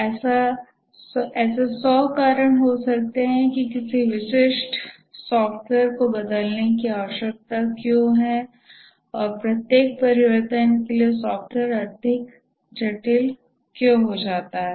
ऐसे 100 कारण हो सकते है कि किसी विशिष्ट सॉफ़्टवेयर को बदलने की आवश्यकता क्यों है और प्रत्येक परिवर्तन के लिए सॉफ़्टवेयर अधिक जटिल हो जाता है